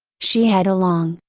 she had a long,